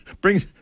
bring